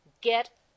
get